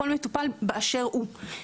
לכל מטופל באשר הוא.